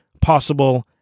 possible